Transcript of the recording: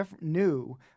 new